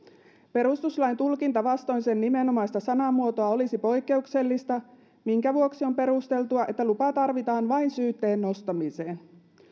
perustuslain tulkinta vastoin sen nimenomaista sanamuotoa olisi poikkeuksellista minkä vuoksi on perusteltua että lupa tarvitaan vain syytteen nostamiseen